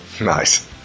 Nice